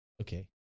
Okay